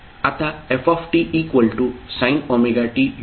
आता f sin ωt